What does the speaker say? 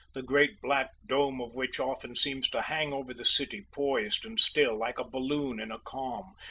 the great black dome of which often seems to hang over the city poised and still, like a balloon in a calm,